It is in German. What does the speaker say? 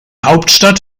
hauptstadt